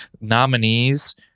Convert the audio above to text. nominees